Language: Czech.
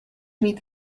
mít